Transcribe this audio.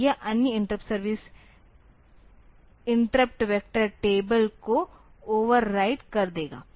तो यह अन्य interrupt service interrupt vector table को ओवरराइट कर देगा